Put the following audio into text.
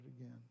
again